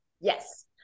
Yes